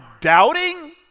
doubting